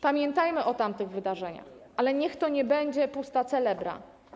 Pamiętajmy o tamtych wydarzeniach, ale niech to nie będzie pusta celebra.